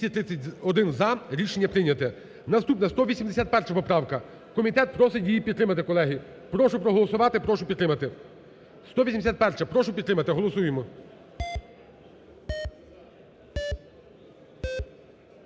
Наступна 181 поправка. Комітет просить її підтримати, колеги. Прошу проголосувати, прошу підтримати.